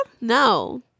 no